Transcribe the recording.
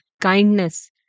kindness